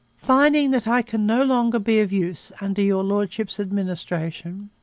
finding that i can no longer be of use, under your lordship's administration.